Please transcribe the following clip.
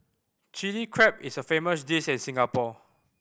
Chilli Crab is a famous dish in Singapore